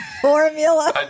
formula